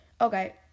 okay